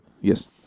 Yes